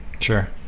sure